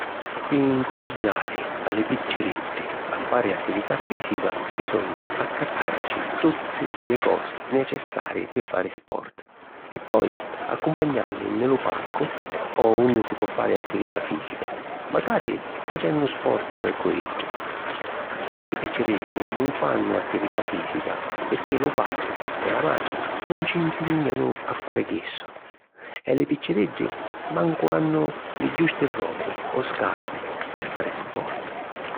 Pi ncuraggiari a li picciriddi a fari attività fìsica, bisogna accattàrici tutti li cosi necessari pi fari sport e poi accumpagnalli nni lu parcu o unni si po fari attività fìsica, macari facennu sport cu iddi. Tanti picciriddi nun fannu attività fìsica pirchì lu patri e la matri nun ci nsìgnanu a fari chissu, e li picciriddi mancu hannu li giusti robbi o scarpi pi fari sport.